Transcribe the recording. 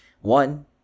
One